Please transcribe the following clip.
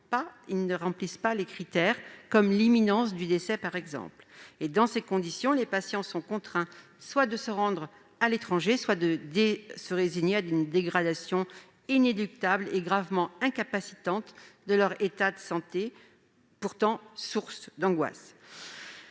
qu'ils ne remplissent pas les critères, comme l'imminence du décès, par exemple. Dans ces conditions, les patients sont contraints soit de se rendre à l'étranger, soit de se résigner à une dégradation inéluctable et gravement incapacitante de leur état de santé, ce qui est source d'angoisse.